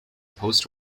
post